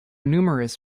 numerous